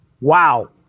Wow